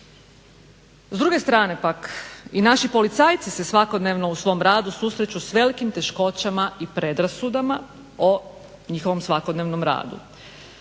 S druge strane pak i naši policajci se svakodnevno u svom radu susreću sa velikim teškoćama i predrasudama o njihovom svakodnevnom radu.